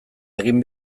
egin